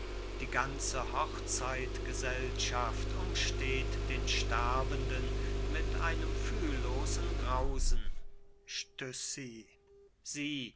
die ganze hochzeitsgesellschaft umsteht den sterbenden mit einem fühllosen grausen stüssi sieh